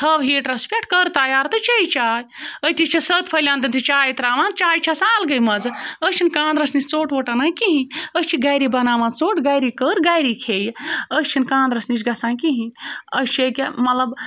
تھٔو ہیٖٹرَس پٮ۪ٹھ کٔر تیار تہٕ چے چاے أتی چھِ سٔتھ پھٔلۍ ہَن تہِ چایہِ ترٛاوان چایہِ چھِ آسان الگٕے مَزٕ أسۍ چھِنہٕ کاندرَس نِش ژوٚٹ ووٚٹ اَنان کِہیٖنۍ أسۍ چھِ گَرے بَناوان ژوٚٹ گَرے کٔر گَرے کھیٚیہِ أسۍ چھِنہٕ کاندرَس نِش گژھان کِہیٖنۍ أسۍ چھِ ییٚکیٛاہ مطلب